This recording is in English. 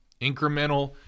Incremental